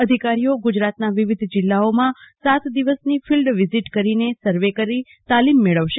અધિકારીઓ ગુજરાતના વિવિધ જિલ્લાઓમાં સાત દિવસની ફિલ્ડ વિઝીટ કરી સર્વે કરી તાલીમ મેળવશે